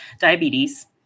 diabetes